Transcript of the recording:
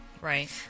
Right